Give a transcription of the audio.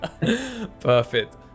perfect